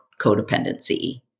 codependency